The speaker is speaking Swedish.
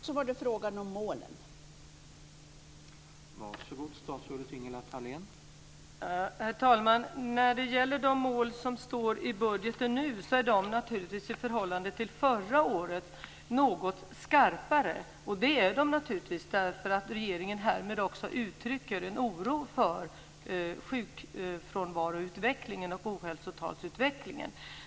Herr talman! De mål som står i budgeten nu är naturligtvis något skarpare i förhållande till förra året. Det är de naturligtvis därför att regeringen härmed också uttrycker en oro för sjukfrånvaroutvecklingen och ohälsotalsutvecklingen.